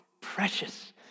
precious